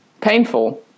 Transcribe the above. painful